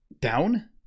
down